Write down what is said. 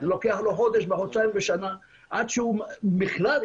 לוקח לו חודש-חודשיים ועד שהוא מקבל,